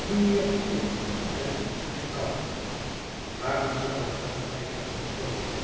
miniaturen en antieke kant waarom zoû ik dan weigeren te komen